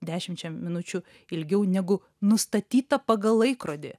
dešimčia minučių ilgiau negu nustatyta pagal laikrodį